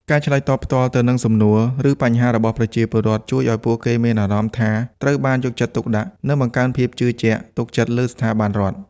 ការឆ្លើយតបផ្ទាល់ទៅនឹងសំណួរ ឬបញ្ហារបស់ប្រជាពលរដ្ឋ ជួយឲ្យពួកគេមានអារម្មណ៍ថាត្រូវបានយកចិត្តទុកដាក់ និងបង្កើនភាពជឿទុកចិត្តលើស្ថាប័នរដ្ឋ។